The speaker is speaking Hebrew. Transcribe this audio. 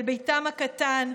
/ אל ביתם הקטן,